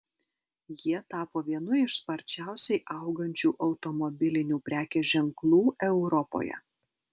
jie tapo vienu iš sparčiausiai augančių automobilinių prekės ženklų europoje